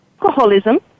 alcoholism